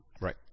Right